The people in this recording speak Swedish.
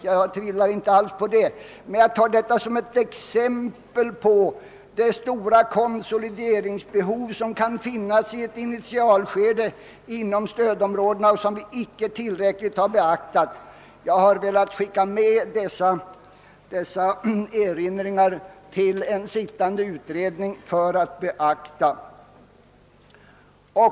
Jag har nämnt detta för att visa vilka stora konsolideringsbehov som kapitalkostnadsmässigt kan finnas inom stödområdena under ett initialskede, behov som icke tillräckligt har beaktats. Det är dessa erinringar som jag har velat skicka med till en sittande utredning för beaktande.